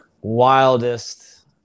wildest